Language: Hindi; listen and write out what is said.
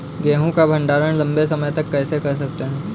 गेहूँ का भण्डारण लंबे समय तक कैसे कर सकते हैं?